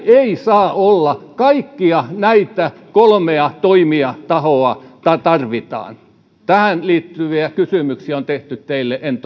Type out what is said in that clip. ei saa olla kaikkia näitä kolmea tahoa tarvitaan tähän liittyviä kysymyksiä on teille tehty en